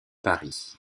paris